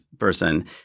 person